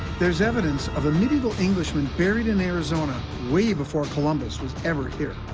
there's evidence of a medieval englishman buried in arizona way before columbus was ever here.